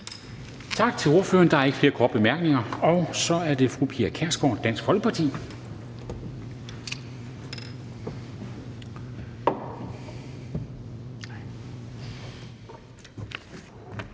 Tak til ordføreren. Der er ikke flere korte bemærkninger. Så er det fru Pia Kjærsgaard, Dansk Folkeparti.